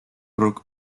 rock